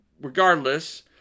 regardless